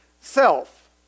Self